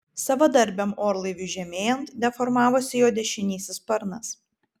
savadarbiam orlaiviui žemėjant deformavosi jo dešinysis sparnas